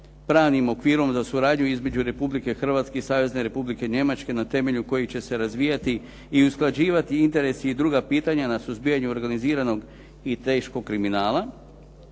pravnim okvirom za suradnju između Republike Hrvatske i Savezne Republike Njemačke na temelju kojeg će se razvijati i usklađivati interesi i druga pitanja na suzbijanju organiziranog i teškog kriminala.